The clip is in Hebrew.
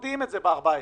מודיעים את זה ב-14,